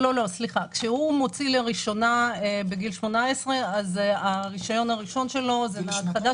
כשהוא מוציא לראשונה בגיל 18 אז הרישיון הראשון שלו זה נהג חדש,